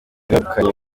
wegukanye